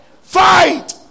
fight